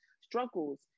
struggles